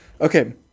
Okay